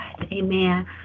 Amen